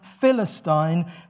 Philistine